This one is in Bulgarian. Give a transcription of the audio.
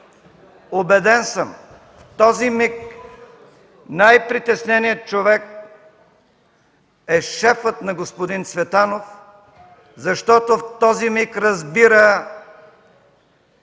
убеден съм, че в този миг най-притесненият човек е шефът на господин Цветанов, защото в този миг разбира,